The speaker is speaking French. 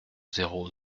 zéro